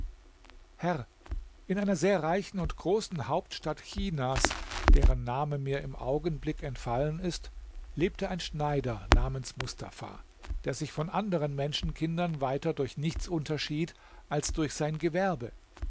herr in einer sehr reichen und großen hauptstadt chinas deren name mir im augenblick entfallen ist lebte ein schneider namens mustafa der sich von anderen menschenkindern weiter durch nichts unterschied als durch sein gewerbe